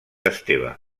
esteve